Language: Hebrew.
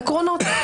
העקרונות.